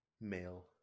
male